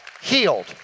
healed